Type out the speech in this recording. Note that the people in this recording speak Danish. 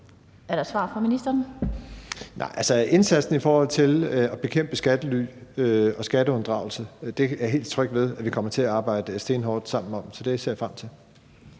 Bruus): Altså, indsatsen i forhold til at bekæmpe skattely og skatteunddragelse er jeg helt tryg ved at vi kommer til at arbejde stenhårdt sammen om. Så det ser jeg frem til.